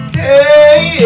hey